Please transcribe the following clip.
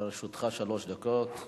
לרשותך שלוש דקות.